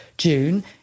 june